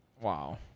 Wow